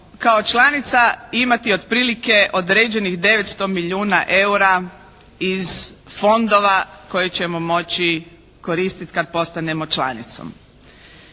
kao članica imati otprilike određenih 900 milijuna eura iz fondova koje ćemo moći koristiti kad postanemo članicom.